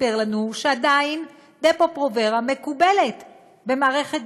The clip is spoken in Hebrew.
וסיפר לנו שעדיין "דפו-פרוברה" מקובלת במערכת